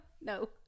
No